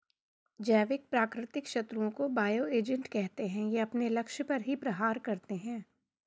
जैविक प्राकृतिक शत्रुओं को बायो एजेंट कहते है ये अपने लक्ष्य पर ही प्रहार करते है